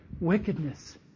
wickedness